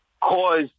cause